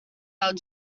out